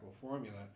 formula